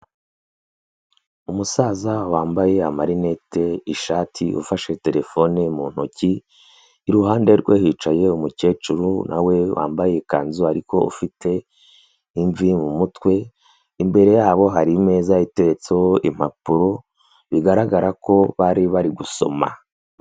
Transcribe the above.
Umusaza wambaye amarinete, ishati, ufashe terefone mu ntoki, iruhande rwe hicaye umukecuru na we wambaye ikanzu ariko ufite imvi mu mutwe, imbere yabo hari imeza iteretseho impapuro, bigaragara ko bari bari gusoma.